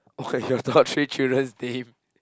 okay your top three children's name